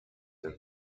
and